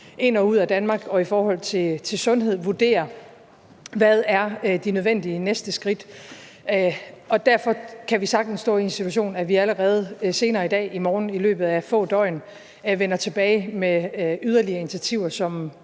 ind og ud af Danmark og i forhold til sundhed. Derfor kan vi sagtens stå i en situation, hvor vi allerede senere i dag, i morgen, i løbet af få døgn vender tilbage med yderligere initiativer,